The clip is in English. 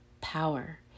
power